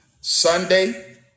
Sunday